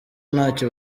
ntacyo